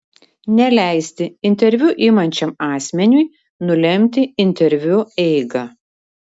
neleisti interviu imančiam asmeniui nulemti interviu eigą